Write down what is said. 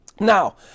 Now